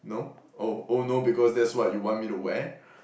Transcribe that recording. no oh oh no because that's what you want me to wear